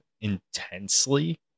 intensely